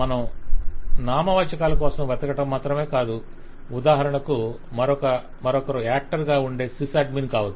మనం నామవాచకాల కోసం వెతకడం మాత్రమే కాదు ఉదాహరణకు మరొకరు యాక్టర్ గా ఉండే సిస్అడ్మిన్ కావచ్చు